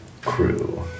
crew